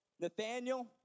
Nathaniel